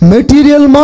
Material